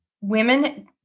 women